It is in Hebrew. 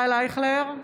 (קוראת בשמות חברי הכנסת) ישראל אייכלר,